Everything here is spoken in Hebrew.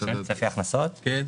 מדברים